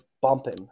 bumping